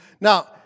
Now